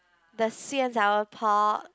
the sweet and sour pork